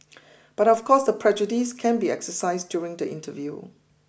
but of course the prejudice can be exercised during the interview